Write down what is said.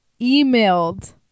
emailed